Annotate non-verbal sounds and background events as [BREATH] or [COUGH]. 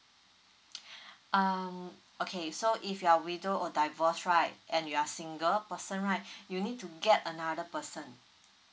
um okay so if you are widow or divorce right and you are single person right [BREATH] you need to get another person